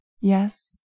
Yes